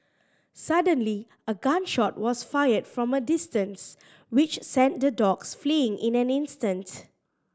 suddenly a gun shot was fired from a distance which sent the dogs fleeing in an instant